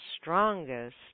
strongest